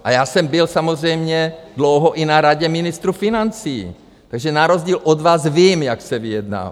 A já jsem byl samozřejmě dlouho i na Radě ministrů financí, takže na rozdíl od vás vím, jak se vyjednává.